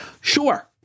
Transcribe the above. Sure